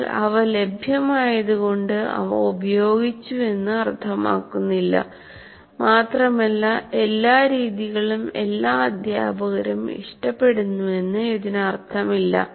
എന്നാൽ അവ ലഭ്യമായതുകൊണ്ട് അവ ഉപയോഗിച്ചുവെന്ന് അർത്ഥമാക്കുന്നില്ല മാത്രമല്ല എല്ലാ രീതികളും എല്ലാ അധ്യാപകരും ഇഷ്ടപ്പെടുന്നുവെന്ന് ഇതിനർത്ഥമില്ല